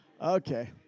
okay